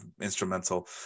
instrumental